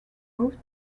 moved